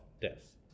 death